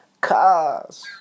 cars